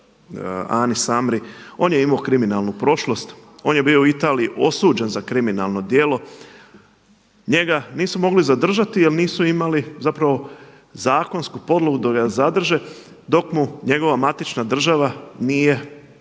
Anis Samri on je imao kriminalnu prošlost, on je bio u Italiji osuđen za kriminalno djelo. Njega nisu mogli zadržati jel nisu imali zakonsku podlogu da ga zadrže dok mu njegova matična država nije